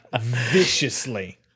Viciously